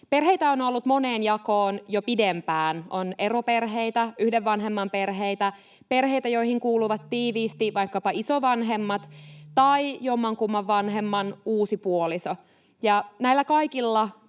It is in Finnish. Perheitä on ollut moneen jakoon jo pidempään: on eroperheitä, yhden vanhemman perheitä, perheitä, joihin kuuluvat tiiviisti vaikkapa isovanhemmat tai jommankumman vanhemman uusi puoliso, ja näillä kaikilla